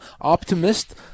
optimist